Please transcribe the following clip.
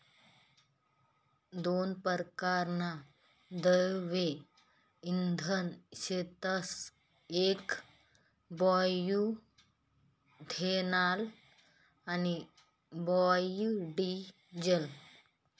दोन परकारना द्रव्य इंधन शेतस येक बायोइथेनॉल आणि बायोडिझेल